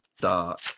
dark